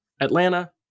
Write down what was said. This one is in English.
Atlanta